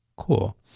Cool